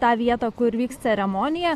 tą vietą kur vyks ceremonija